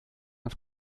auf